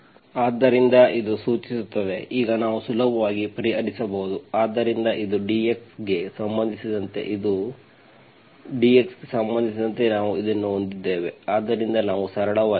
ಆದ್ದರಿಂದ ಇದು ಸೂಚಿಸುತ್ತದೆ ಈಗ ನಾವು ಸುಲಭವಾಗಿ ಪರಿಹರಿಸಬಹುದು ಆದ್ದರಿಂದ ಇದು dx ಗೆ ಸಂಬಂಧಿಸಿದಂತೆ ಇದು dx ಗೆ ಸಂಬಂಧಿಸಿದಂತೆ ನಾವು ಇದನ್ನು ಹೊಂದಿದ್ದೇವೆ ಆದ್ದರಿಂದ ನಾವು ಸರಳವಾಗಿ Z 1x5 14x4C ⇒Z x4C x5